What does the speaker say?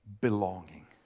belonging